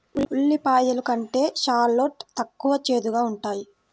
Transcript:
ఉల్లిపాయలు కంటే షాలోట్ తక్కువ చేదుగా ఉంటాయి